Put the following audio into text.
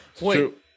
Wait